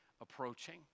approaching